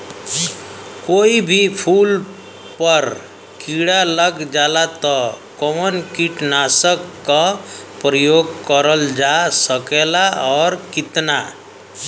कोई भी फूल पर कीड़ा लग जाला त कवन कीटनाशक क प्रयोग करल जा सकेला और कितना?